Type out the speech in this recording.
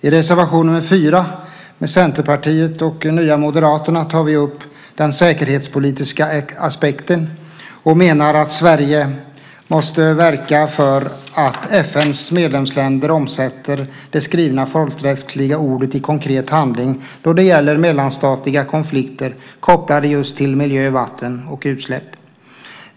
I reservation 4 från Centerpartiet och Moderaterna tar vi upp den säkerhetspolitiska aspekten och menar att Sverige måste verka för att FN:s medlemsländer omsätter det skrivna folkrättsliga ordet i konkret handling då det gäller mellanstatliga konflikter kopplade just till miljö, vatten och utsläpp.